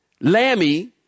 Lammy